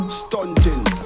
stunting